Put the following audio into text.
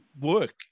work